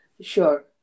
sure